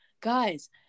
guys